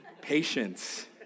Patience